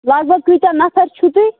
لگ بگ کۭتیاہ نفر چھُو تُہۍ